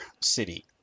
city